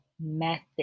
method